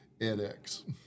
edX